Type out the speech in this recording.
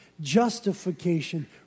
justification